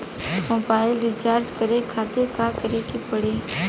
Mobile recharge करे खातिर का करे के पड़ी?